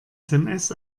sms